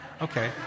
Okay